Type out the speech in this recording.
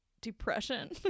depression